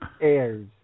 Airs